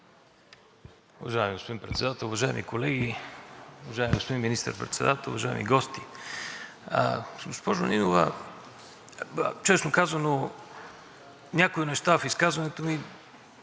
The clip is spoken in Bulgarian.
Уважаеми господин Председател, уважаеми колеги, уважаеми господин Министър председател, уважаеми гости! Госпожо Нинова, честно казано, някои неща в изказването Ви